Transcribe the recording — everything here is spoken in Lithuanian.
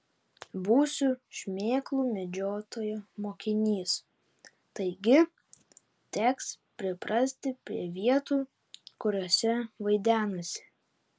būsiu šmėklų medžiotojo mokinys taigi teks priprasti prie vietų kuriose vaidenasi